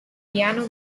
piano